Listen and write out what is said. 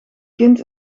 kind